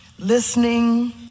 listening